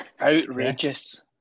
Outrageous